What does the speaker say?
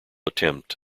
attempt